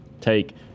take